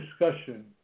Discussion